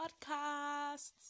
podcasts